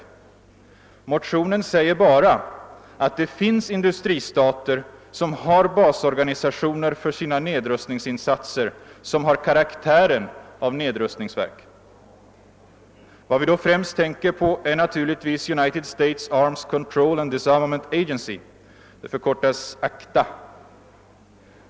I motionen anföres bara att det finns industristater, vilka för sina nedrustningsinsatser har <basorganisationer som har karaktären av nedrustningsverk. Vad vi därvid främst tänker på är naturligtvis United States Arms Control and Disarmament Agency — förkortat ACDA.